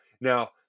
now